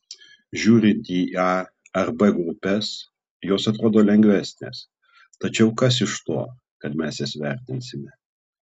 žiūrint į a ar b grupes jos atrodo lengvesnės tačiau kas iš to kad mes jas vertinsime